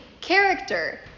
character